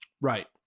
Right